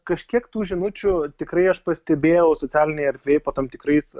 kažkiek tų žinučių tikrai aš pastebėjau socialinėj erdvėj po tam tikrais